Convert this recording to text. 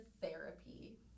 therapy